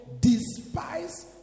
despise